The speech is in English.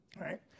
right